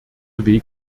weg